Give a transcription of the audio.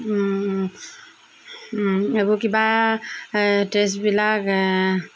এইবোৰ কিবা টেষ্টবিলাক